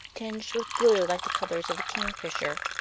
tinged with blue, like the colors of a kingfisher.